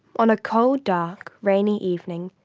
on a cold, dark, rainy evening,